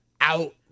out